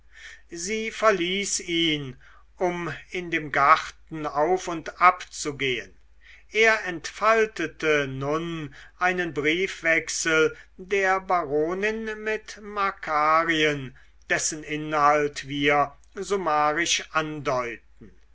sie verließ ihn um in dem garten auf und ab zu gehen er entfaltete nun einen briefwechsel der baronin mit makarien dessen inhalt wir summarisch andeuten